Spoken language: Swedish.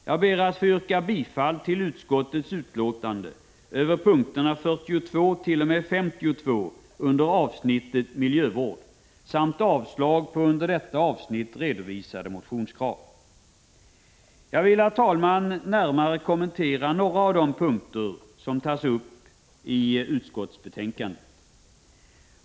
Jag ber att få yrka bifall till utskottets hemställan avseende punkterna 42t.o.m. 52 under avsnittet Miljövård samt avslag på under detta avsnitt redovisade motionskrav. Jag vill, herr talman, närmare kommentera några av de punkter som tas upp i betänkandet.